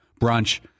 brunch